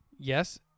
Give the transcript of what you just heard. Yes